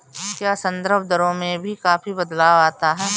क्या संदर्भ दरों में भी काफी बदलाव आता है?